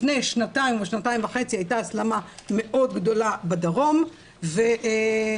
לפני שנתיים וחצי הייתה הסלמה מאוד גדולה בדרום והמטפלים